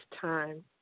time